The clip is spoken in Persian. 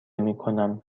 میکنم